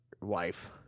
wife